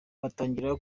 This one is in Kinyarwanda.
batangira